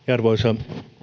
arvoisa